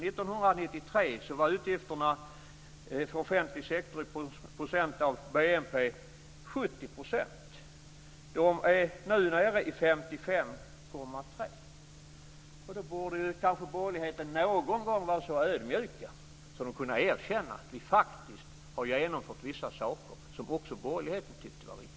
1993 var utgifterna för offentlig sektor i procent av BNP 70 %. Nu är de nere i 55,3 %. Då borde borgerligheten kanske någon gång vara så ödmjuk att den kunde erkänna att vi faktiskt har genomfört vissa saker som också borgerligheten tyckte var riktiga.